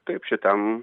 taip šitam